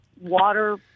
water